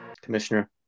Commissioner